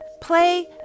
play